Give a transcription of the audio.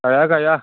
गाया गाया